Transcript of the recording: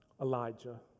Elijah